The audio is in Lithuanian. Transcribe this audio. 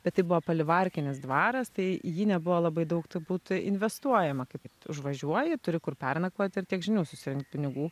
bet tai buvo palivarkinis dvaras tai į jį nebuvo labai daug turbūt investuojama kaip užvažiuoji turi kur pernakvot ir tiek žinių susirinkt pinigų